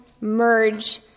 merge